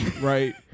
Right